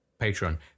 Patreon